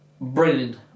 brilliant